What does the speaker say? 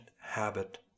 habit